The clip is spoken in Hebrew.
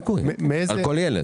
מה יקרה,